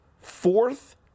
Fourth